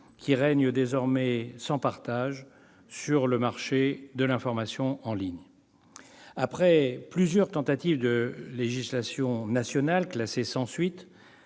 qui règnent désormais sans partage sur le marché de l'information en ligne. Après plusieurs tentatives, classées sans suite,